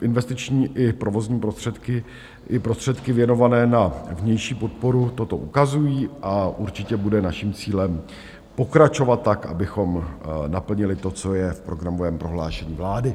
Investiční i provozní prostředky i prostředky věnované na vnější podporu toto ukazují a určitě bude naším cílem pokračovat tak, abychom naplnili to, co je v programovém prohlášení vlády.